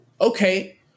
okay